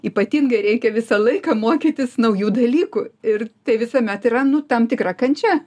ypatingai reikia visą laiką mokytis naujų dalykų ir tai visuomet yra nu tam tikra kančia